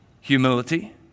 humility